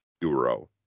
euro